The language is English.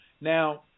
Now